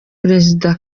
perezida